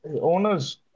owners